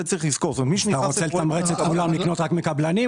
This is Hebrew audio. אתה רוצה לתמרץ את כולנו לקנות רק מקבלנים?